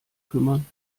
kümmern